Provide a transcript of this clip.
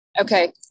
Okay